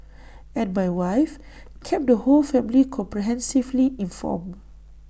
and my wife kept the whole family comprehensively informed